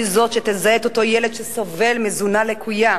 היא זאת שתזהה את אותו ילד שסובל מתזונה לקויה,